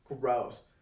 gross